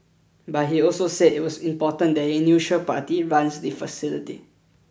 but he also said it was important that a neutral party runs the facility